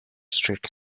straight